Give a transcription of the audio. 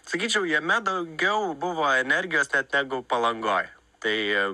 sakyčiau jame daugiau buvo energijos net negu palangoj tai